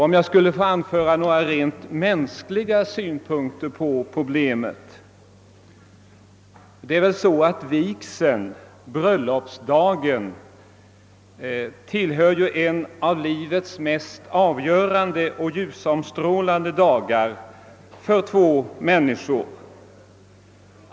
Om jag får anföra några rent mänskliga synpunkter på problemet är det väl så, att bröllopsdagen är en av livets mest avgörande och ljusomstrålade dagar för två människor.